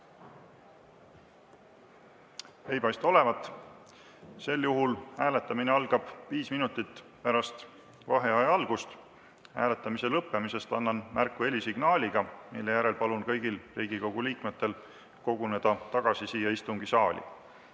Ei paista olevat. Sel juhul hääletamine algab 5 minutit pärast vaheaja algust. Hääletamise lõppemisest annan märku helisignaaliga, mille järel palun kõigil Riigikogu liikmetel koguneda tagasi siia istungisaali.